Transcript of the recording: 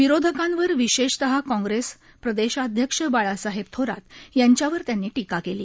विरोधकांवर विशेषतः काँग्रेस प्रदेशाध्यक्ष बाळासाहेब थोरात यांच्यावर त्यांनी टीका केली